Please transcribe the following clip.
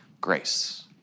grace